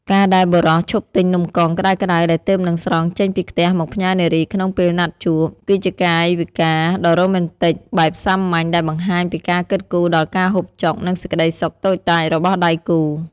ការដែលបុរសឈប់ទិញនំកងក្ដៅៗដែលទើបនឹងស្រង់ចេញពីខ្ទះមកផ្ញើនារីក្នុងពេលណាត់ជួប គឺជាកាយវិការដ៏រ៉ូមែនទិកបែបសាមញ្ញដែលបង្ហាញពីការគិតគូរដល់ការហូបចុក និងសេចក្ដីសុខតូចតាចរបស់ដៃគូ។